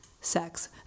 sex